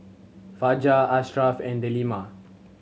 Fajar Ashraff and Delima